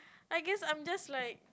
I guess I'm just like